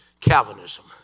Calvinism